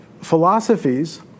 philosophies